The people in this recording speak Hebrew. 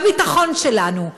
בביטחון שלנו,